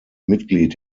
mitglied